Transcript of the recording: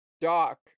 Doc